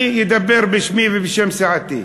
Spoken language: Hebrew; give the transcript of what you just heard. אני אדבר בשמי ובשם סיעתי: